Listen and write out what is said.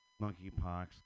monkeypox